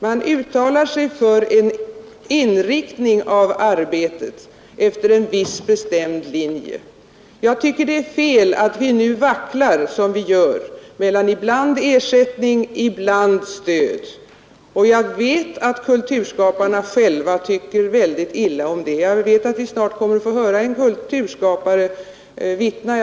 Man uttalar sig därmed för en inriktning av arbetet efter en viss bestämd linje. Jag tycker att det är fel att vi nu vacklar som vi gör mellan ersättning och stöd. Jag vet att kulturskaparna själva tycker mycket illa om det. Vi kommer snart att få höra en kulturskapare vittna här.